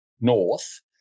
north